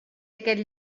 aquest